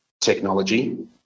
technology